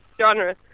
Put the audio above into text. genre